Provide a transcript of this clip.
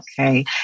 Okay